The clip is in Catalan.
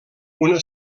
una